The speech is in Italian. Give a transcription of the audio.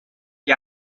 che